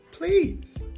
Please